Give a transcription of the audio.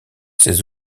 ses